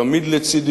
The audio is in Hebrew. תמיד לצדי